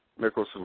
Mickelson